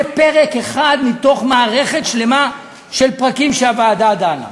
זה פרק אחד מתוך מערכת שלמה של פרקים שהוועדה דנה בהם.